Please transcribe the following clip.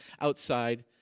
outside